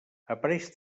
apareix